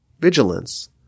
vigilance